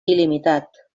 il·limitat